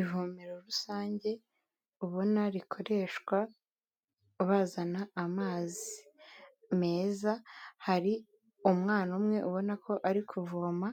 Ivomero rusange ubona rikoreshwa bazana amazi meza, hari umwana umwe ubona ko ari kuvoma